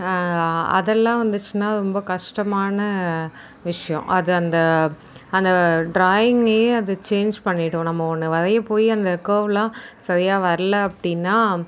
அதெல்லாம் வந்துச்சுன்னா ரொம்ப கஷ்டமான விஷயம் அது அந்த அந்த ட்ராயிங்குமே அது சேஞ் பண்ணிவிடும் நம்ம ஒன்று வரைய போய் அந்த கர்வ்வெலாம் சரியாக வரல அப்படினா